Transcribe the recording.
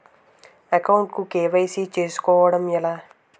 Account కు KYC చేసుకోవడం ఎలా?